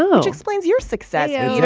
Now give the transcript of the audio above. which explains your success, yeah yeah